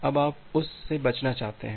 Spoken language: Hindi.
अब आप उससे बचना चाहते हैं